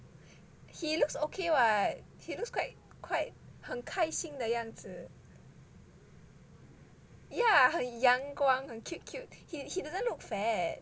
he looks okay [what] he looks quite quite 很开心的样子 yeah 很阳光很 cute cute he he doesn't look fat